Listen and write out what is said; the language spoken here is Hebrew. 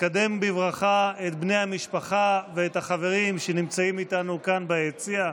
נקדם בברכה את בני המשפחה ואת החברים שנמצאים איתנו כאן ביציע.